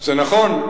זה נכון,